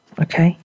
Okay